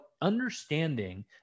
understanding